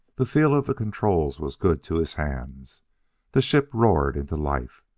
the feel of the controls was good to his hands the ship roared into life.